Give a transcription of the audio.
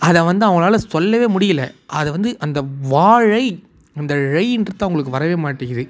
அதை வந்து அவங்களால சொல்லவே முடியலை அதை வந்து அந்த வாழை அந்த ழைன்றது அவங்களுக்கு வரவே மாட்டிங்கிது